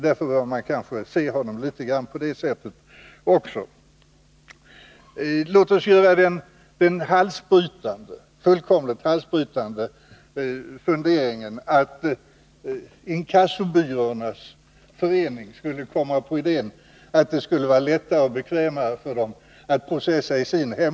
Därför får man kanske betrakta honom på det sättet. Låt oss göra den fullkomligt halsbrytande funderingen att inkassobyråernas förening skulle komma på idén att det skulle vara lättare och bekvämare för inkassobyråerna att processa på sin arbetsort.